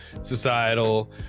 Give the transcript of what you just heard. societal